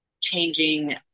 changing